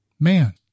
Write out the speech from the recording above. Man